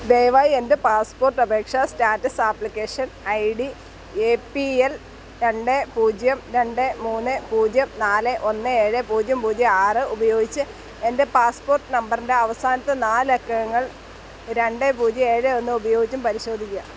ദയവായി എൻ്റെ പാസ്പോർട്ട് അപേക്ഷാ status application I D A P L രണ്ട് പൂജ്യം രണ്ട് മൂന്ന് പൂജ്യം നാല് ഒന്ന് ഏഴ് പൂജ്യം പൂജ്യം ആറ് ഉപയോഗിച്ചും എൻ്റെ പാസ്പോർട്ട് നമ്പറിൻ്റെ അവസാനത്തെ നാല് അക്കങ്ങൾ രണ്ട് പൂജ്യം ഏഴ് ഒന്ന് ഉപയോഗിച്ചും പരിശോധിക്കുക